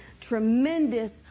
tremendous